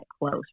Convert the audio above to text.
close